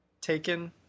taken